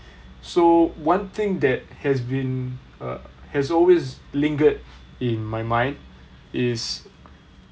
so one thing that has been err has always lingered in my mind is